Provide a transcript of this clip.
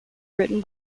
written